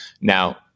Now